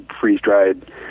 freeze-dried